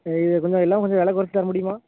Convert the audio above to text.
ஆ இதை கொஞ்சம் எல்லாம் கொஞ்சம் வில குறச்சி தர முடியுமா